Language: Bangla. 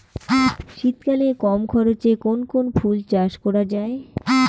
শীতকালে কম খরচে কোন কোন ফুল চাষ করা য়ায়?